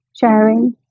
sharing